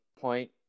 point